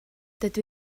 dydw